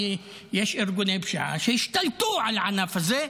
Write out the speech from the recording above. כי יש ארגוני פשיעה שהשתלטו על הענף הזה,